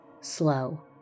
slow